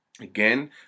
Again